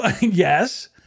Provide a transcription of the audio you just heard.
Yes